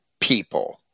people